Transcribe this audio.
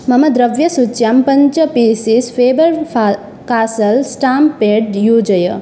मम द्रव्यसूच्यां पञ्च pieces Faber Castell stamp pad योजय